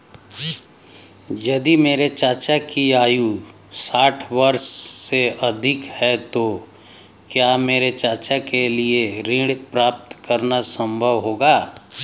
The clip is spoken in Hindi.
यदि मेरे चाचा की आयु साठ वर्ष से अधिक है तो क्या मेरे चाचा के लिए ऋण प्राप्त करना संभव होगा?